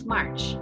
March